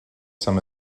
some